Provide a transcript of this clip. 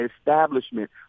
establishment